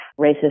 racist